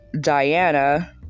Diana